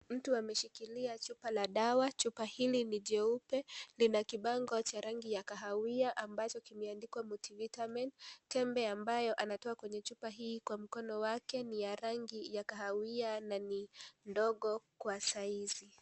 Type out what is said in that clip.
Mtu ameshikilia chupa la dawa, chupa ili ni jeupe lina kibango cha rangi ya kahawia ambacho kimeandikwa multi-vitamin na tembe ambayo anatoa kwenye chupa hii kwa mkono wake ambayo ni ya rangi ya kahawia na ni ndogo kwa saizi.